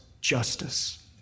justice